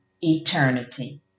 eternity